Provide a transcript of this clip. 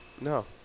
No